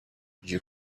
you